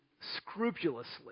scrupulously